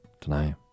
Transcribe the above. tonight